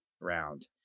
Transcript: round